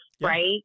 right